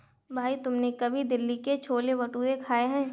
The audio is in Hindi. भाई तुमने कभी दिल्ली के छोले भटूरे खाए हैं?